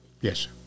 Yes